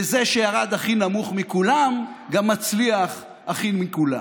וזה שירד הכי נמוך מכולם גם מצליח הכי מכולם.